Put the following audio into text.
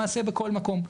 למעשה בכל מקום,